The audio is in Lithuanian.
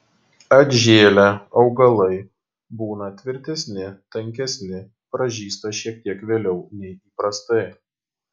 atžėlę augalai būna tvirtesni tankesni pražysta šiek tiek vėliau nei įprastai